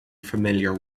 familiar